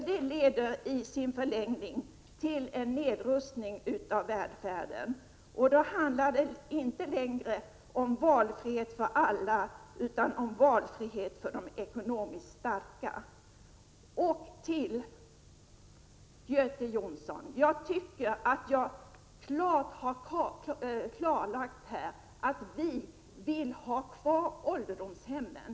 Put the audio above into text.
Det leder i sin förlängning till en nedrustning av välfärden, och då handlar det inte längre om valfrihet för alla utan om valfrihet för de ekonomiskt starka. Till Göte Jonsson: Jag tycker att jag tydligt har klarlagt att vi vill ha kvar ålderdomshemmen.